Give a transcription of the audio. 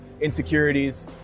insecurities